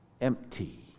empty